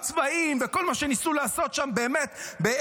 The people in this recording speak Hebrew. הצבעים וכל מה שניסו לעשות שם ב-AI,